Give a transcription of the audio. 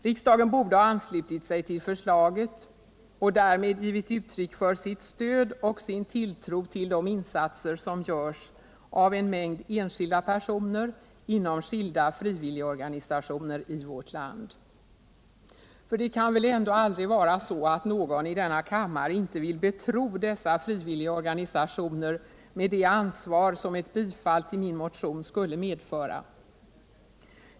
Riksdagen borde ha anslutit sig till förslaget och därmed givit uttryck för sitt stöd och sin tilltro till de insatser som görs av en mängd enskilda personer inom skilda frivilligorganisationer i vårt land. För det kan väl ändå aldrig vara så att någon i denna kammare inte vill betro dessa frivilligorganisationer med det ansvar som ett bifall till min motion skulle medföra?